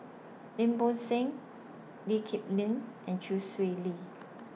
Lim Bo Seng Lee Kip Lin and Chee Swee Lee